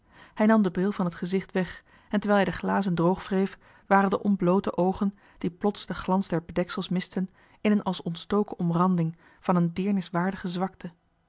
hij nam den bril van het gezicht weg en terwijl hij de glazen droogwreef waren de ontbloote oogen die plots den glans der bedeksels misten in een als ontstoken omranding van een deerniswaardige zwakte